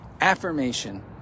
affirmation